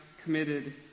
committed